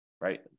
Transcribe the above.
right